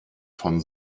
von